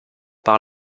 par